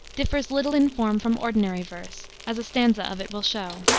differs little in form from ordinary verse, as a stanza of it will show